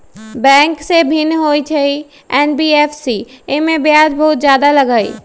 Bank से भिन्न हई एन.बी.एफ.सी इमे ब्याज बहुत ज्यादा लगहई?